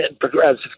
progressive